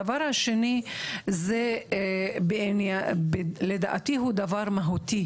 הדבר השני, שלדעתי הוא דבר מהותי,